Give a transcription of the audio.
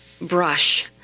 brush